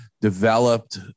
developed